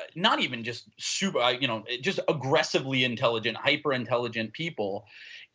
ah not even just super you know, just aggressively intelligent, hyper intelligent people